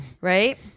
right